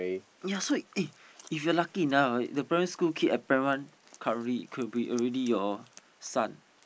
ya so eh if you're lucky enough ah the primary school kid at primary one currently could be already your son